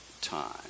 time